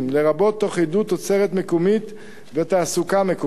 לרבות תוך עידוד תוצרת מקומית ותעסוקה מקומית.